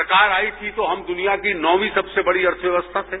सरकार आई थी तो हम दुनिया की नौंची सबसे बड़ी अर्थव्यवस्था थे